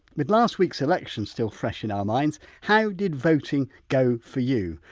with last week's election still fresh in our minds how did voting go for you?